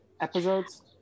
Episodes